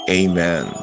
amen